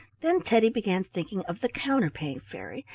then teddy began thinking of the counterpane fairy,